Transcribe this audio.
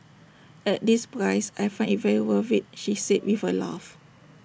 at this price I find IT very worth IT she said with A laugh